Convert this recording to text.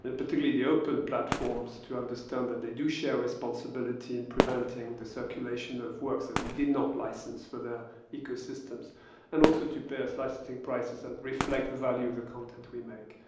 particularly the open platforms to understand that they do share responsibility in preventing the circulation of works that we did not license for their ecosystems and also to pay licensing prices and reflect the value of the content we make.